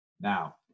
Now